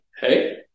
Hey